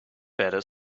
better